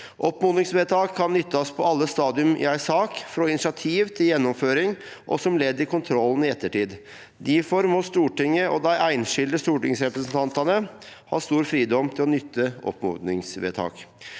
«Oppmodingsvedtak kan nyttast på alle stadium i ei sak, frå initiativ til gjennomføring og som ledd i kontrollen i ettertid. Difor må Stortinget og dei einskilde stortingsrepresentantane ha stor fridom til å nytte oppmodingsvedtak.»